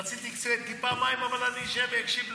רציתי טיפה מים, אבל אני אשב ואקשיב לך.